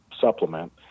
supplement